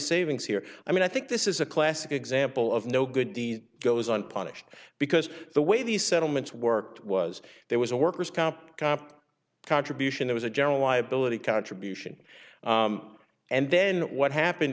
savings here i mean i think this is a classic example of no good deed goes unpunished because the way these settlements worked was there was a worker's comp comp contribution it was a general liability contribution and then what happened